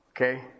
Okay